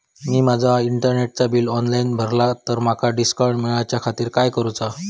मी माजा इंटरनेटचा bill online भरला तर माका डिस्काउंट मिलाच्या खातीर काय करुचा?